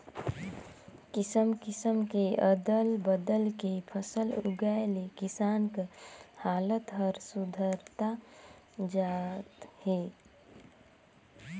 किसम किसम के अदल बदल के फसल उगाए ले किसान कर हालात हर सुधरता जात हे